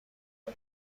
اگه